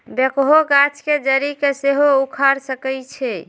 backhoe गाछ के जड़ी के सेहो उखाड़ सकइ छै